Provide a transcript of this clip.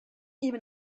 even